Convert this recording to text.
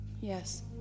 Yes